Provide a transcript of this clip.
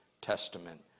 Testament